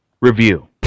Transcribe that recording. review